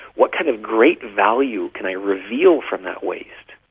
what kind of great value can i reveal from that waste,